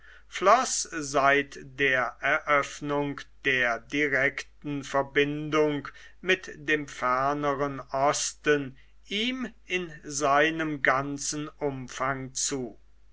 floß seit der eröffnung der direkten verbindung mit dem ferneren osten ihm in seinem ganzen umfang zu